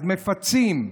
אז מפצים,